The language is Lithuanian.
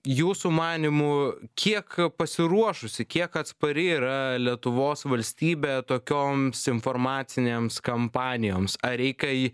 jūsų manymu kiek pasiruošusi kiek atspari yra lietuvos valstybė tokioms informacinėms kampanijoms ar reikai